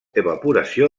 evaporació